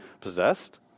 possessed